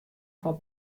fan